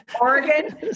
Oregon